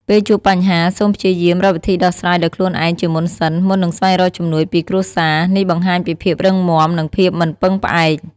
ពេលជួបបញ្ហា សូមព្យាយាម រកវិធីដោះស្រាយដោយខ្លួនឯងជាមុនសិន មុននឹងស្វែងរកជំនួយពីគ្រួសារ នេះបង្ហាញពីភាពរឹងមាំ និងភាពមិនពឹងផ្អែក។